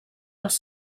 als